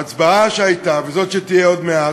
ההצבעה שהייתה, וזאת שתהיה עוד מעט,